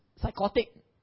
psychotic